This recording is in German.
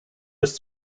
bis